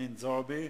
חנין זועבי.